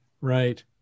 Right